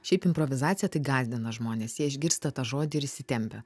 šiaip improvizacija tai gąsdina žmones jie išgirsta tą žodį ir įsitempia